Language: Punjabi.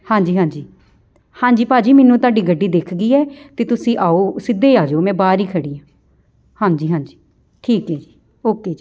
ਹਾਂਜੀ ਹਾਂਜੀ ਹਾਂਜੀ ਭਾਅ ਜੀ ਮੈਨੂੰ ਤੁਹਾਡੀ ਗੱਡੀ ਦਿੱਖ ਗਈ ਹੈ ਅਤੇ ਤੁਸੀਂ ਆਓ ਸਿੱਧੇ ਆ ਜੋ ਮੈਂ ਬਾਹਰ ਹੀ ਖੜ੍ਹੀ ਹਾਂ ਹਾਂਜੀ ਹਾਂਜੀ ਠੀਕ ਹੈ ਜੀ ਓਕੇ ਜੀ